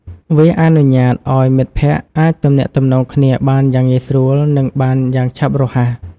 វាអនុញ្ញាតឱ្យមិត្តភ័ក្តិអាចទំនាក់ទំនងគ្នាបានយ៉ាងងាយស្រួលនិងបានយ៉ាងឆាប់រហ័ស ។